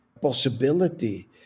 possibility